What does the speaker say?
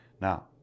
Now